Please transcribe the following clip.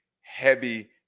heavy